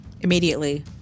Immediately